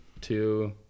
two